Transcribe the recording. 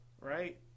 right